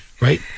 right